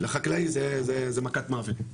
לחקלאי זה מכת מוות.